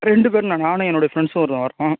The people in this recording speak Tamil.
ரெண்டு பேருண்ணா நானும் என்னுடைய ஃப்ரெண்ட்ஸும் வர் வர்றோம்